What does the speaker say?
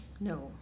No